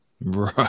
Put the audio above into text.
Right